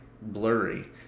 Blurry